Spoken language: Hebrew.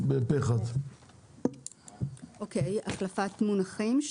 הצבעה אושרה פה אחד "החלפת מונחים2.